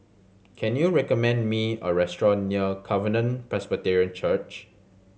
can you recommend me a restaurant near Covenant Presbyterian Church